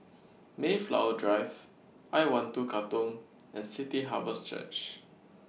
Mayflower Drive I one two Katong and City Harvest Church